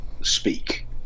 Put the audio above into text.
speak